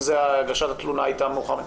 אם זה הגשת התלונה הייתה מאוחרת.